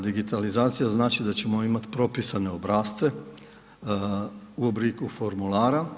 Digitalizacija znači da ćemo imati propisane obrasce u obliku formulara.